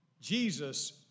Jesus